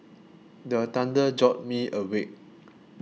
the thunder jolt me awake